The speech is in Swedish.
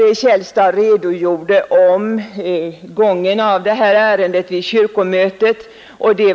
Herr Källstad redogjorde för gången av det här ärendet vid kyrkomötet.